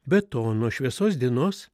be to nuo šviesos dienos